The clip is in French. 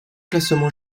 classement